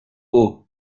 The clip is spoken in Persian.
اُه